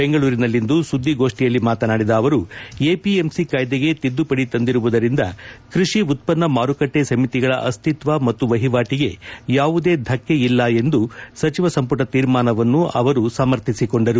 ಬೆಂಗಳೂರಿನಲ್ಲಿಂದು ಸುದ್ಲಿಗೋಷ್ನಿಯಲ್ಲಿಂದು ಮಾತನಾಡಿದ ಅವರು ಎಪಿಎಂಸಿ ಕಾಯ್ಲೆಗೆ ತಿದ್ದುಪಡಿ ತಂದಿರುವುದರಿಂದ ಕೃಷಿ ಉತ್ತನ್ನ ಮಾರುಕಟ್ಲೆ ಸಮಿತಿಗಳ ಅಸ್ತಿತ್ವ ಮತ್ತು ವಹಿವಾಟಗೆ ಯಾವುದೇ ಧಕ್ಷೆ ಇಲ್ಲ ಎಂದು ಸಚಿವ ಸಂಪುಟ ತೀರ್ಮಾನವನ್ನು ಅವರು ಸಮರ್ಥಿಸಿಕೊಂಡರು